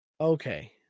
Okay